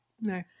no